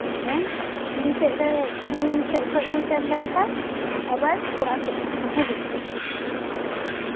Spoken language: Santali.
ᱦᱮᱸ ᱠᱩᱲᱤ ᱥᱮᱫ ᱨᱮ ᱠᱩᱲᱤ ᱥᱮᱫ ᱠᱷᱚᱡ ᱠᱚ ᱥᱮᱱ ᱞᱮᱱ ᱠᱷᱟᱱ ᱟᱵᱟᱨ ᱠᱚᱲᱟ ᱥᱮᱜ ᱦᱚᱸᱠᱚ ᱦᱤᱡᱩᱜᱼᱟ ᱦᱳᱭ